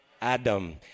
Adam